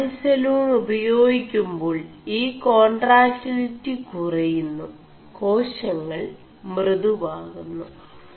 4പിഡാനിസലൂൺ ഉപേയാഗി ുേ2ാൾ ഈ േകാൺ4ടാക്ിലിി കുറയുMു േകാശÆൾ മൃദുവാകുMു